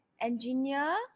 engineer